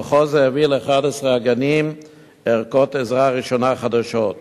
המחוז העביר ל-11 הגנים ערכות עזרה ראשונה חדשות.